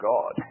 God